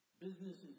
Businesses